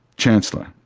chancellor.